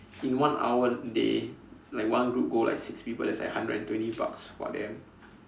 in one hour they like one group go like six people that's like hundred and twenty bucks for them